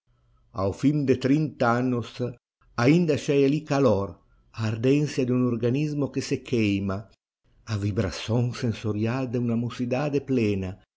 ao fim de trinta annos ainda achei ali calor a ardencia de um organismo que se queima a vibração sensorial de uma mocidade plena